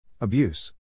Abuse